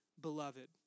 beloved